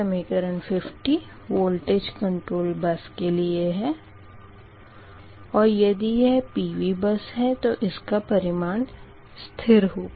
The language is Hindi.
समीकरण 50 वोल्टेज कंट्रोल बस के लिए है और यदि यह PV बस है तो इसका परिमाण स्थिर होगा